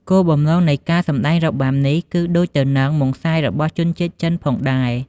គោលបំណងនៃការសម្ដែងរបាំនេះ គឺដូចទៅនឹងម៉ុងសាយរបស់ជនជាតិចិនផងដែរ។